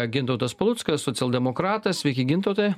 gintautas paluckas socialdemokratas sveiki gintautai